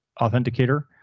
authenticator